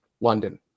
London